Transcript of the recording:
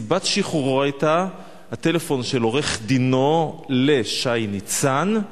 סיבת שחרורו היתה הטלפון של עורך-דינו לשי ניצן,